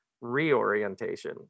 reorientation